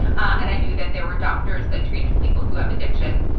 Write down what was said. and i knew that there were doctors that treated people who have addictions.